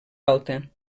alta